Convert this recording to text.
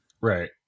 Right